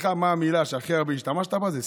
מה המילה שהכי הרבה השתמשת בה, היא סיבים,